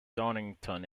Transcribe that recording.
donington